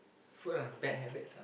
food and bad habits ah